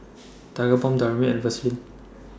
Tigerbalm Dermaveen and Vaselin